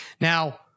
Now